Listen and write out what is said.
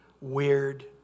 weird